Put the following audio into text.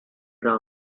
ground